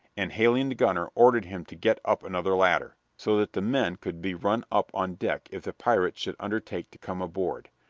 and, hailing the gunner, ordered him to get up another ladder, so that the men could be run up on deck if the pirates should undertake to come aboard.